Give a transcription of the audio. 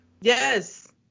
Yes